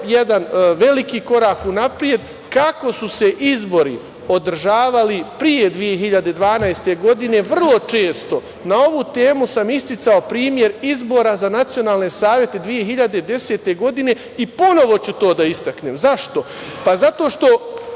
jedan veliki korak unapred. Kako su se izbori održavali pre 2012. godine. Vrlo često na ovu temu sam isticao primer izbora za nacionalne savete 2010. godine i ponovo ću to da istaknem. Zašto? Zato što